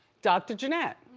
dr. janette.